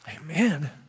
Amen